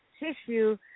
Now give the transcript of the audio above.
tissue